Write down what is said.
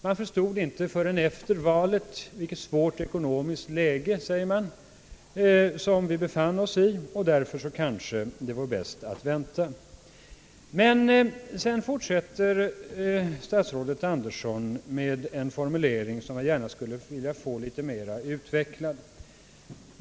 Man förstod inte förrän efter valet, säger man, vilket svårt ekonomiskt läge vi befann oss i, och därför vore det kanske bäst att vänta. Men sedan fortsätter statsrådet Andersson med en formulering som jag gärna skulle vilja få utvecklad litet mera.